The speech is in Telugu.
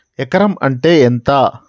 ఎకరం అంటే ఎంత?